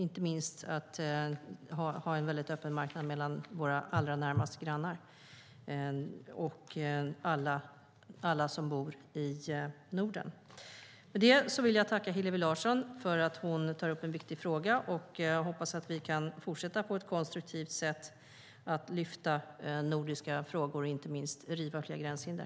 Inte minst ska det vara en öppen marknad mellan våra närmaste grannar för alla som bor i Norden. Med detta vill jag tacka Hillevi Larsson för att hon har tagit upp en viktig fråga. Jag hoppas att vi kan fortsätta att på ett konstruktivt sätt lyfta fram nordiska frågor och inte minst riva fler gränshinder.